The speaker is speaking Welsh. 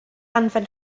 anfon